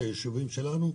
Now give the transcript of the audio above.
את היישובים שלנו.